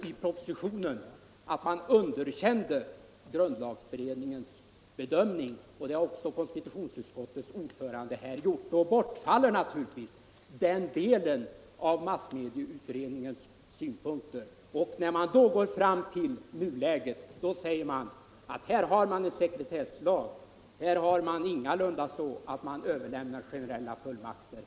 I propositionen förklarades att man underkände grundlagberedningens bedömning, och det har också konstitutionsutskottets ordförande gjort i denna debatt. Då bortfaller naturligtvis massmedieutredningens synpunkter i denna del. I nuläget hänvisar man till att det finns en sekretesslag. Det är ingalunda fråga om att överlämna generella fullmakter.